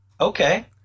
Okay